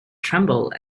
tremble